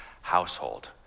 household